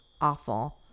awful